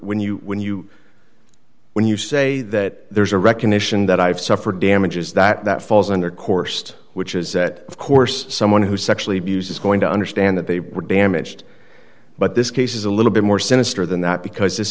when you when you when you say that there's a recognition that i've suffered damages that falls under coursed which is that of course someone who sexually abuse is going to understand that they were damaged but this case is a little bit more sinister than that because this